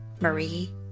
Marie